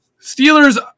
Steelers